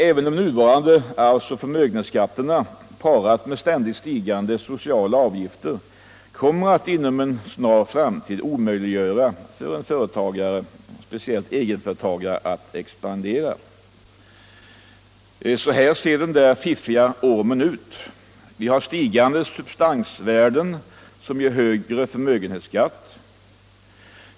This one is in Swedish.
Även de nuvarande arvsoch förmögenhetsskatterna kommer att tillsammans med ständigt stigande sociala avgifter inom en nära framtid omöjliggöra för en företagare, speciellt då en egenföretagare, att expandera. Så här ser den där fiffiga ormen ut: Vi har stigande substansvärden, som ger högre förmögenhetsskatt.